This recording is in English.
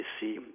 see